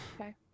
Okay